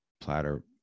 platter